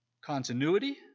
continuity